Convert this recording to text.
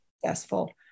successful